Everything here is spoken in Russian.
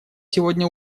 сегодня